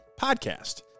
Podcast